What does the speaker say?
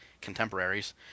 contemporaries